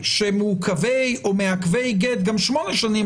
שהם מעכבי גט גם שמונה שנים,